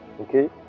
Okay